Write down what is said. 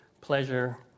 pleasure